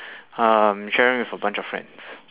I'm sharing with a bunch of friends